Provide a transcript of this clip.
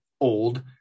Old